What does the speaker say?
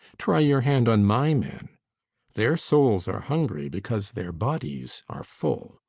try your hand on my men their souls are hungry because their bodies are full.